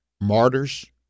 martyrs